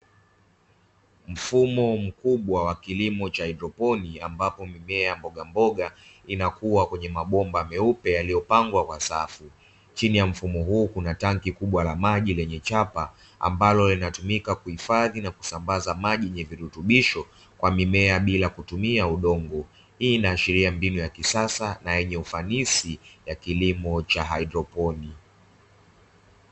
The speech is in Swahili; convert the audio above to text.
Mfumo mkubwa wa kilimo cha haidroponi ambapo mimea ya mbogamboga inakua kwenye mabomba meupe yaliyopangwa kwa safu. Chini ya mfumo huu kuna tangi kubwa la maji lenye chapa ambalo linatumika kuhifadhi na kusambaza maji yenye virutubisho kwa mimea bila kutumia udongo. Hii inaashiria mbinu ya kisasa na yenye ufanisi kwa kilimo cha haidroponi.